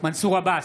מנסור עבאס,